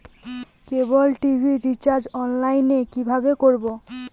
কেবল TV recharge online এ কিভাবে করব?